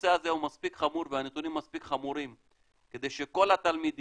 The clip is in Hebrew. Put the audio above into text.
הנושא הזה הוא מספיק חמור והנתונים הם מספיק חמורים כדי שכל התלמידים,